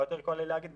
היה יותר קל לי להגיד,